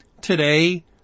today